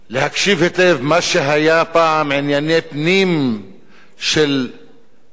להקשיב היטב מה שהיה פעם ענייני פנים של ישראל,